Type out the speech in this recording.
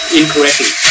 incorrectly